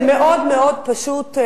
זה מאוד מאוד פשוט,